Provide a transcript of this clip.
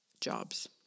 jobs